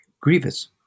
Grievous